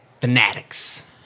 fanatics